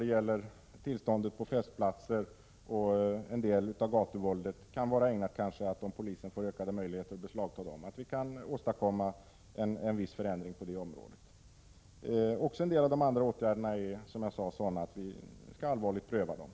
Om polisen får ökade möjligheter att beslagta knivar, kan vi kanske åstadkomma en viss förbättring när det gäller våldet på festplatser och en del av gatuvåldet. Också ett och annat av de andra förslagen är, som jag sade, sådana att vi allvarligt skall pröva dem.